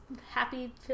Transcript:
happy